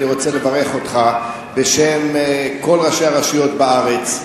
אני רוצה לברך אותך בשם כל ראשי הרשויות בארץ.